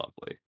Lovely